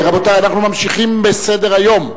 רבותי, אנחנו ממשיכים בסדר-היום.